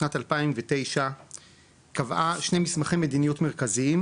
בשנת 2009 קבעה שני מסמכי מדיניות מרכזיים,